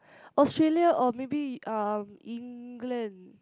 Australia or maybe um England